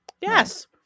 Yes